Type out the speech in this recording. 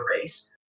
race